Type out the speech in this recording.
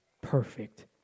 perfect